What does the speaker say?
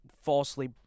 falsely